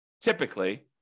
typically